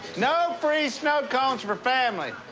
no free snow cones for family!